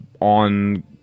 on